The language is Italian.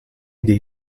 dei